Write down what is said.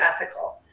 ethical